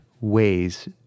ways